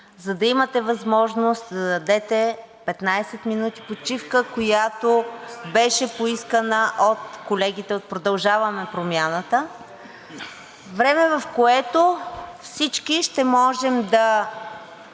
за да имате възможност да дадете 15 минути почивка, която беше поискана от колегите от „Продължаваме Промяната“, време, в което всички ще можем да